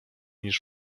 niż